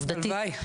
עובדתית,